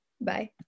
Bye